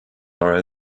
are